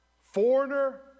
foreigner